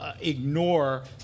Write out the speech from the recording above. Ignore